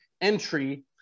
entry